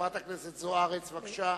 חברת הכנסת זוארץ, בבקשה.